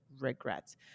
regrets